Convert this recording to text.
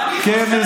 כן.